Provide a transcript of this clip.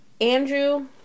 Andrew